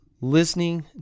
Listening